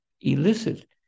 elicit